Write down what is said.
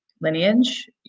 lineage